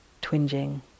twinging